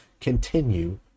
continue